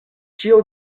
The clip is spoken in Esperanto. ĉio